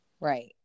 Right